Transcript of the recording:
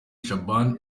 shaban